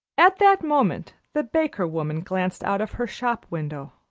at that moment the baker-woman glanced out of her shop-window.